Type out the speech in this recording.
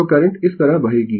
तो करंट इस तरह बहेगी